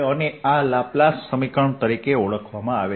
અને આ લાપ્લાસ સમીકરણ તરીકે ઓળખાય છે